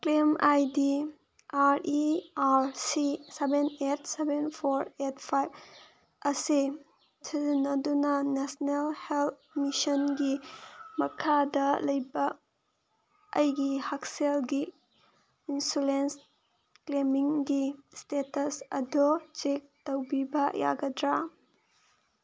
claim I D R E R C seven eight seven four eight five ꯑꯁꯤ ꯁꯤꯖꯤꯟꯅꯗꯨꯅ national health ꯃꯤꯁꯟꯒꯤ ꯃꯈꯥꯗ ꯂꯩꯕ ꯑꯩꯒꯤ ꯍꯛꯁꯦꯜꯒꯤ ꯏꯟꯁꯨꯔꯦꯟꯁ ꯀ꯭ꯂꯦꯃꯤꯡꯒꯤ ꯏꯁꯇꯦꯇꯁ ꯑꯗꯣ ꯆꯦꯛ ꯇꯧꯕꯤꯕ ꯌꯥꯒꯗ꯭ꯔꯥ